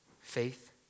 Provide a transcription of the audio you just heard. faith